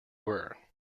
were